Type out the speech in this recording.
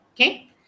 Okay